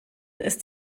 ist